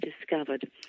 discovered